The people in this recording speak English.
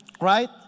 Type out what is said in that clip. right